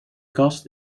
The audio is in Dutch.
kast